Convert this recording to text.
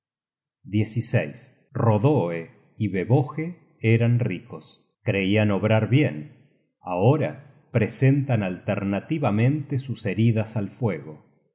dios rodoe y veboje eran ricos creian obrar bien ahora presentan alternativamente sus heridas al fuego